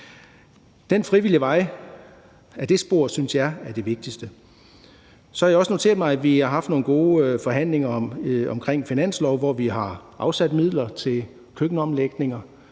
Den frivillige vej ad det spor synes jeg er det vigtigste. Så har jeg også noteret mig, at vi har haft nogle gode forhandlinger omkring finansloven, hvor vi har afsat midler til køkkenomlægninger.